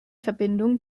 verbindung